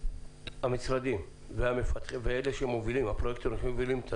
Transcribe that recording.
המשרדים והפרויקטורים שמובילים.